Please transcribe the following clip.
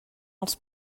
els